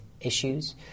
issues